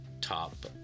top